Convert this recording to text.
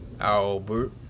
Albert